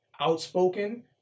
outspoken